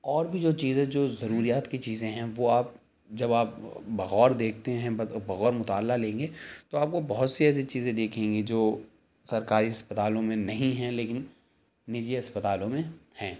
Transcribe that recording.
اور بھی جو چیزیں جو ضروریات کی چیزیں ہیں وہ آپ جب آپ بغور دیکھتے ہیں بغور مطالعہ لیں گے تو آپ کو بہت سی ایسی چیزیں دیکھیں گے جو سرکاری اسپتالوں میں نہیں ہیں لیکن نجی اسپتالوں میں ہیں